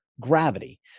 gravity